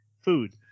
food